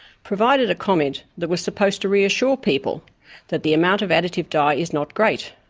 provided a comment that was supposed to reassure people that the amount of additive dye is not great,